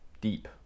deep